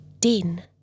den